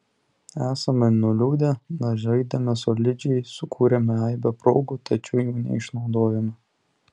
esame nuliūdę nes žaidėme solidžiai sukūrėme aibę progų tačiau jų neišnaudojome